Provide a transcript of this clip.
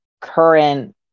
current